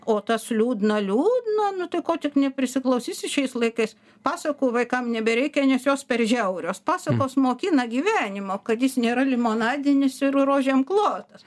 o tas liūdna liūdna nu tai ko tik neprisiklausysi šiais laikais pasakų vaikam nebereikia nes jos per žiaurios pasakos mokina gyvenimo kad jis nėra limonadinis ir rožėm klotas